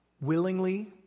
willingly